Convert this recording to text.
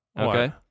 Okay